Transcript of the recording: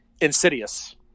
Insidious